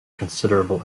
considerable